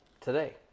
today